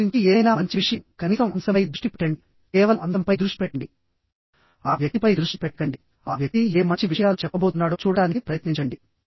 వ్యక్తి గురించి ఏదైనా మంచి విషయంకనీసం అంశంపై దృష్టి పెట్టండికేవలం అంశంపై దృష్టి పెట్టండి ఆ వ్యక్తిపై దృష్టి పెట్టకండి ఆ వ్యక్తి ఏ మంచి విషయాలు చెప్పబోతున్నాడో చూడటానికి ప్రయత్నించండి